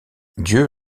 dieu